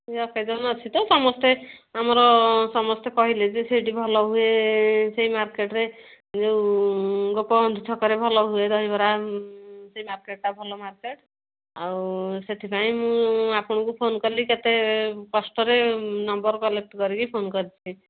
ଏ occasion ଅଛି ତ ସମସ୍ତେ ଆମର ସମସ୍ତେ କହିଲେ ଯେ ସେଇଟି ଭଲ ହୁଏ ସେଇ ମାର୍କେଟ୍ରେ ଯେଉଁ ଗୋପବନ୍ଧୁ ଛକରେ ଭଲ ହୁଏ ଦହିବରା ସେଇ ମାର୍କେଟ୍ଟା ଭଲ ମାର୍କେଟ୍ ଆଉ ସେଥିପାଇଁ ମୁଁ ଆପଣଙ୍କୁ ଫୋନ୍ କଲି କେତେ କଷ୍ଟରେ ନମ୍ବର୍ କଲେକ୍ଟ କରିକି ଫୋନ୍ କରିଛି